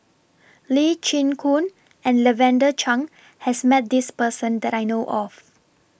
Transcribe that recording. Lee Chin Koon and Lavender Chang has Met This Person that I know of